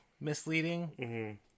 misleading